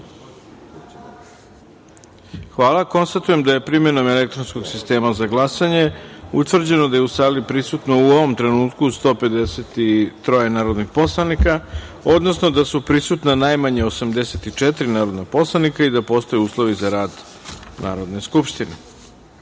jedinice. Konstatujem da je primenom elektronskog sistema za glasanje utvrđeno da je u sali prisutno u ovom trenutku 153 narodna poslanika, odnosno da su prisutna najmanje 84 narodna poslanika i da postoje uslovi za rad Narodne skupštine. Kao